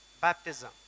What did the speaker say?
Baptism